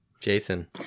Jason